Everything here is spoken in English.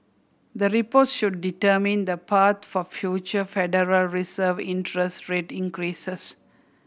the reports should determine the path for future Federal Reserve interest rate increases